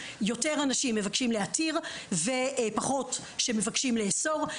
יותר אנשים מבקשים להתיר ופחות שמבקשים לאסור.